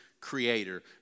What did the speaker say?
creator